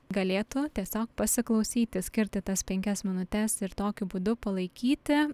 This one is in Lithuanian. galėtų tiesiog pasiklausyti skirti tas penkias minutes ir tokiu būdu palaikyti